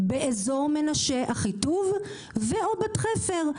באזור מנשה, אחיטוב או בת-חפר.